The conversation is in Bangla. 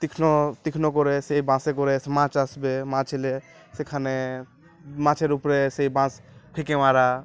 তীক্ষ্ণ তীক্ষ্ণ করে সেই বাঁশে করে সেই মাছ আসবে মাছ এলে সেখানে মাছের উপরে সেই বাঁশ ফেকে মারা